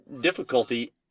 difficulty –